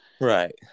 right